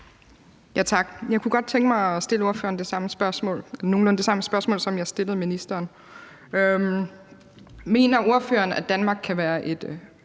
Tak. Jeg kunne godt tænke mig at stille ordføreren nogenlunde det samme spørgsmål, som jeg stillede ministeren. Mener ordføreren, at Danmark kan være et